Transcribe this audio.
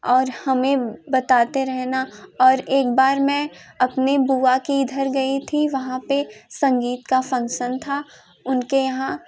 और हमें बताते रहना और एक बार मैं अपने बुआ के इधर गई थी वहाँ पे संगीत का फ़ँक्सन था उनके यहाँ